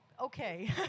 okay